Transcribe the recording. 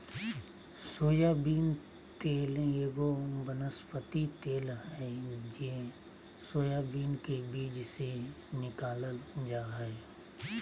soybean तेल एगो वनस्पति तेल हइ जे सोयाबीन के बीज से निकालल जा हइ